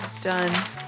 Done